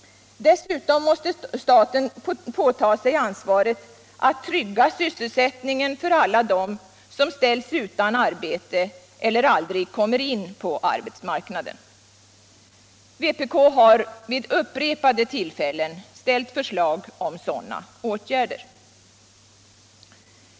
Dessutom måste staten påta sig unsvaret att trygga sysselsättningen för alla dem som ställs utan arbete eller aldrig kommer in på arbetsmarknaden. Vpk har vid upprepade tillfällen lagt fram förslag om sådana åtgärder.